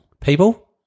People